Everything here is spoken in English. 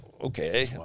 okay